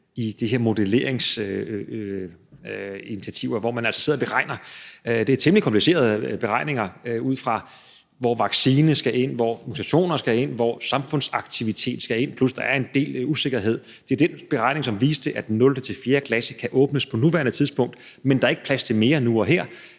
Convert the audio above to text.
i de her modelleringsinitiativer, hvor man sidder og beregner. Det er temmelig komplicerede beregninger, altså hvor vaccine skal ind, hvor mutationer skal ind, hvor samfundsaktivitet skal ind – plus at der er en del usikkerhed. Det er den beregning, som viste, at 0.-4. klasse kan åbnes på nuværende tidspunkt. Men der er ikke plads til mere nu og her.